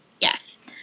Yes